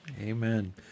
Amen